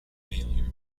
failure